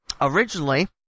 originally